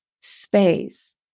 space